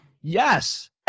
yes